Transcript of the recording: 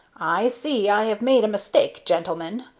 i see i have made a mistake, gentlemen,